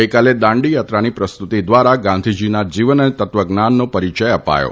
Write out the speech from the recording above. ગઇકાલે દાંડી યાત્રાની પ્રસ્તુતી દ્વારા ગાંધીજીના જીવન અને તત્વજ્ઞાનનો પરિચય અપાયો